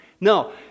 no